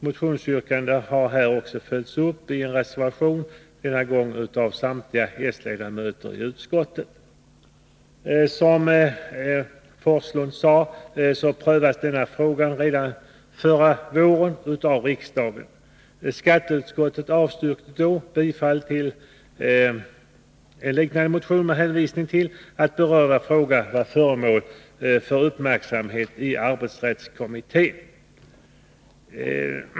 Motionsyrkandet har också följts upp i en reservation, denna gång av samtliga s-ledamöter i utskottet. Som Bo Forslund sade prövades frågan redan förra våren av riksdagen. Skatteutskottet avstyrkte då en liknande motion med hänvisning till att den berörda frågan var föremål för uppmärksamhet i arbetsrättskommittén.